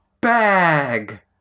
bag